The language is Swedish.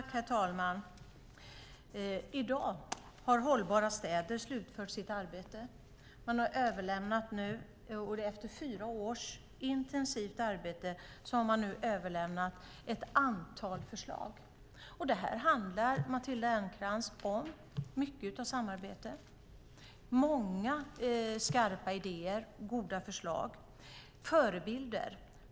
Herr talman! I dag har delegationen Hållbara städer slutfört sitt arbete och efter fyra års intensivt arbete nu överlämnat ett antal förslag. Det handlar, Matilda Ernkrans, om mycket av samarbete, många skarpa idéer, goda förslag och förebilder.